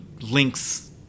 links